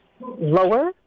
Lower